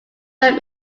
firm